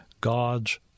God's